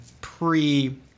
pre